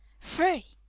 free,